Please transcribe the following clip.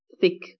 thick